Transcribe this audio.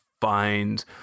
find